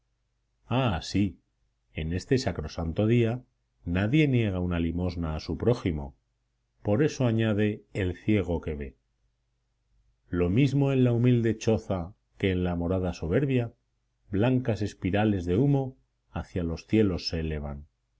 ah sí en este sacrosanto día nadie niega una limosna a su prójimo por eso añade el ciego que ve v noche bendita la paz y la unión reinan en el hogar doméstico el estudiante el